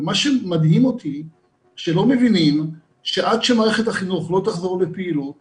ומה שמדהים אותי שלא מבינים שעד שמערכת החינוך לא תחזור לפעילות